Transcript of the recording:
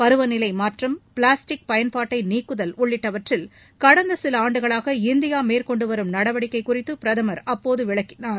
பருவநிலை மாற்றம் பிளாஸ்டிக் பயன்பாட்டை நீக்குதல் உள்ளிட்டவற்றில் கடந்த சில ஆண்டுகளாக இந்தியா மேற்கொண்டு வரும் நடவடிக்கை குறித்து பிரதமர் அப்போது விளக்கினார்